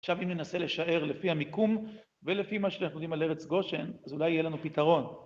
עכשיו אם ננסה לשער לפי המיקום ולפי מה שאנחנו יודעים על ארץ גושן, אז אולי יהיה לנו פתרון.